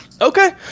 okay